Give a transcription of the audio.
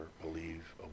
believe